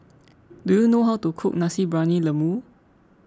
do you know how to cook Nasi Briyani Lembu